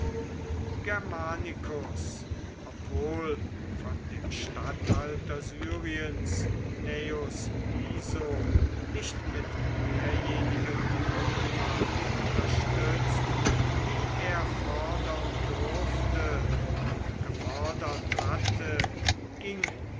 germanicus obwohl von dem statthalter syriens gnaeus piso nicht mit derjenigen truppenmacht unterstützt die er fordern durfte und gefordert hatte ging